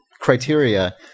criteria